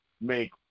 make